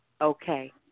okay